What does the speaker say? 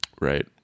Right